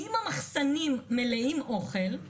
אם המחסנים מלאים אוכל,